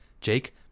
Jake